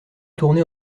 tournée